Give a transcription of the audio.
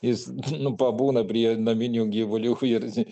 jis nu pabūna prie naminių gyvulių ir